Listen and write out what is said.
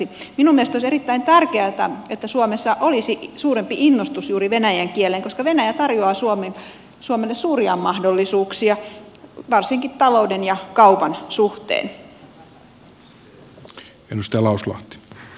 minun mielestäni olisi erittäin tärkeätä että suomessa olisi suurempi innostus juuri venäjän kieleen koska venäjä tarjoaa suomelle suuria mahdollisuuksia varsinkin talouden ja kaupan suhteen